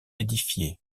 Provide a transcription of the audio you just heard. édifiée